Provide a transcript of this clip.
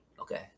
okay